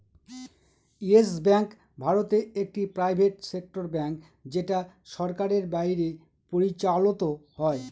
yes Bank ভারতে একটি private sector bank যেটা সরকারের বাইরে পরিচালত হয়